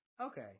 Okay